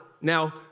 now